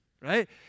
right